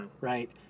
Right